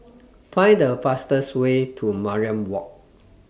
Find The fastest Way to Mariam Walk